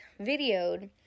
videoed